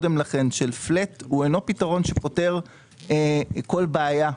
הוא אינו פתרון שפותר כל בעיה,